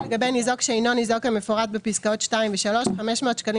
לגבי ניזוק שאינו ניזוק המפורט בפסקאות (2) ו-(3) 500 שקלים